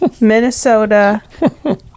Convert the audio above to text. Minnesota